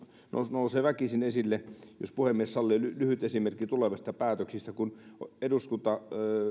nousee väkisin esille toinen asia jos puhemies sallii lyhyt esimerkki tulevista päätöksistä